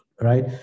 right